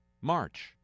March